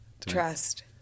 Trust